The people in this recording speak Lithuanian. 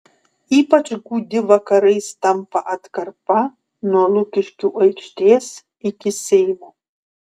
ypač gūdi vakarais tampa atkarpa nuo lukiškių aikštės iki seimo